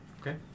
okay